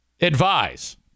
advise